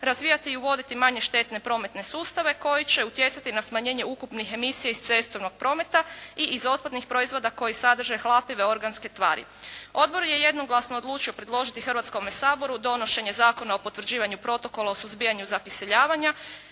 razvijati i uvoditi manje štetne prometne sustave koji će utjecati na smanjenje ukupnih emisija iz cestovnog prometa i iz otpadnih proizvoda koji sadrže hlapive organske tvari. Odbor je jednoglasno odlučio predložiti Hrvatskome saboru donošenje Zakona o potvrđivanju Protokola o suzbijanju zakiseljavanja,